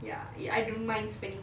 ya I don't mind spending